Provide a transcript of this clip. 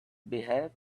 behave